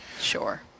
Sure